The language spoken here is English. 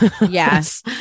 Yes